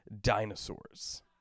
dinosaurs